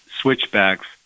switchbacks